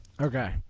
Okay